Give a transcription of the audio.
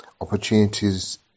Opportunities